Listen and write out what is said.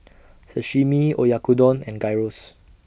Sashimi Oyakodon and Gyros